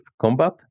combat